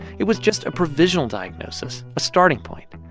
it was just a provisional diagnosis, a starting point.